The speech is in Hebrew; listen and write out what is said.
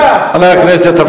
הייתי בקואליציה,